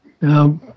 Now